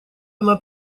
она